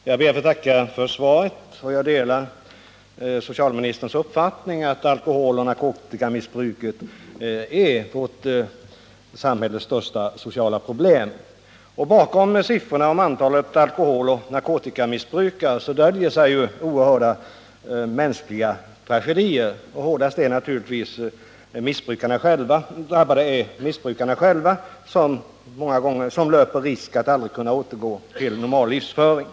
Herr talman! Jag ber att få tacka för svaret på min fråga. Jag delar socialministerns uppfattning att alkoholoch narkotikamissbruket är vårt samhälles största sociala problem. Bakom siffrorna om antalet alkoholoch narkotikamissbrukare döljer sig oerhörda mänskliga tragedier. Hårdast drabbade är naturligtvis missbrukarna själva, som löper risk att aldrig kunna återgå till normal livsföring.